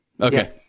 Okay